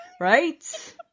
Right